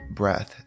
breath